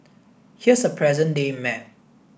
here's a present day map